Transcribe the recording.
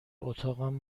اتاقم